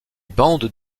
bandes